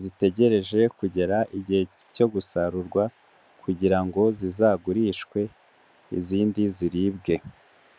zitegereje kugera igihe cyo gusarurwa kugira ngo zizagurishwe izindi ziribwe.